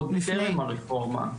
עוד טרם הרפורמה,